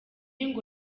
ngo